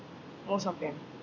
most of them